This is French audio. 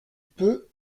peux